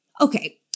Okay